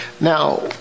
Now